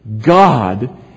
God